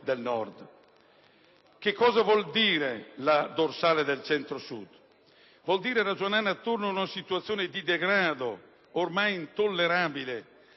del Nord. Cosa vuol dire la dorsale del Centro-Sud? Vuol dire ragionare attorno ad una situazione di degrado ormai intollerabile